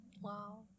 Wow